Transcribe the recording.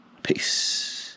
Peace